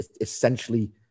essentially